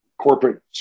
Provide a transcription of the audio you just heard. corporate